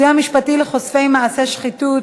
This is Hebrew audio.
12) (סיוע משפטי לחושפי מעשי שחיתות,